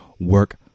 work